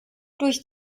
durch